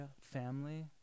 family